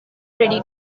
ready